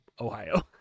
ohio